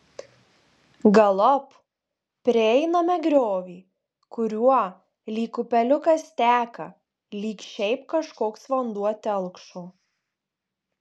galop prieiname griovį kuriuo lyg upeliukas teka lyg šiaip kažkoks vanduo telkšo